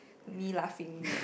me laughing